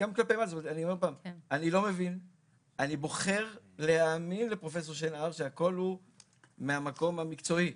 אני בוחר להאמין לפרופ' שנער שהכול מהמקום המקצועי.